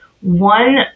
one